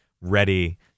ready